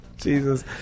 Jesus